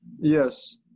Yes